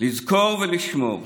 לזכור ולשמור.